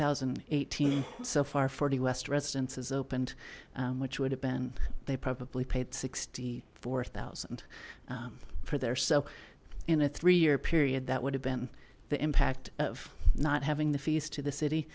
thousand and eighteen so far forty west residences opened which would have been they probably paid sixty four thousand for there so in a three year period that would have been the impact of not having the fees to the